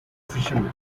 fishermen